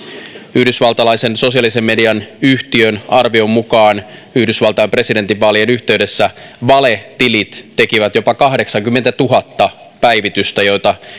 yhdysvaltalaisen sosiaalisen median yhtiön arvion mukaan yhdysvaltain presidentinvaalien yhteydessä valetilit tekivät jopa kahdeksankymmentätuhatta päivitystä